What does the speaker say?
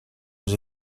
aux